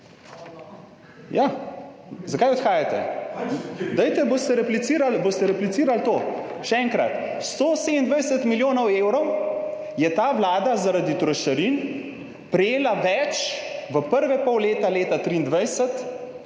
Zakaj odhajate? Dajte, boste replicirali to. Še enkrat, 127 milijonov evrov je ta vlada zaradi trošarin prejela več v prve pol leta 2023